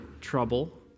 trouble